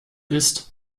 ist